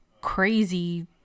crazy